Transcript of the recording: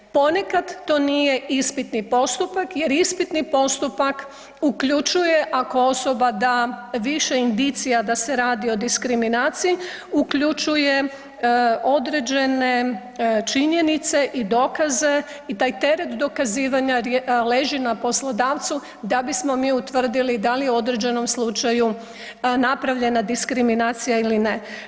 Ponekad to nije ispitni postupak jer ispitni postupak uključuje ako osoba da više indicija da se radi o diskriminaciji uključuje određene činjenice i dokaze i taj teret dokazivanja leži na poslodavcu da bismo mi utvrdili da li je u određenom slučaju napravljena diskriminacija ili ne.